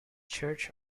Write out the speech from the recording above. church